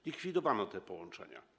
Zlikwidowano te połączenia.